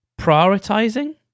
prioritizing